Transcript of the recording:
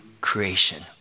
creation